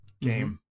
game